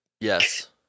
yes